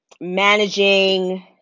managing